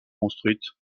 construites